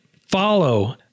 follow